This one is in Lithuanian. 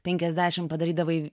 penkiadešimt padarydavai